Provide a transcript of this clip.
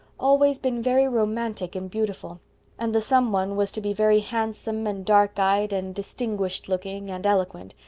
always been very romantic and beautiful and the some one was to be very handsome and dark-eyed and distinguished-looking and eloquent,